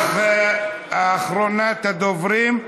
אחרונת הדוברים,